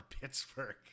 Pittsburgh